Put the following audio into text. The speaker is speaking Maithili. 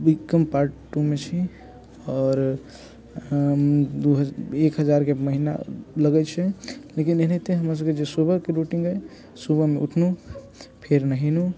बी कम पार्ट टू मे छी आओर दू एक हजारके महीना लगै छै लेकिन एनाहिते हमरा सबके जे सुबहमे रूटीन अइ सुबहमे उठलहुँ फेर नहेलहुँ